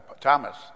Thomas